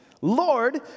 Lord